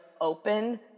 open